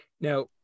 now